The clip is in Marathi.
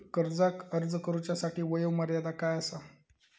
कर्जाक अर्ज करुच्यासाठी वयोमर्यादा काय आसा?